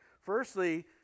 Firstly